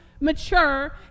mature